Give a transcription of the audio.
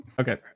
Okay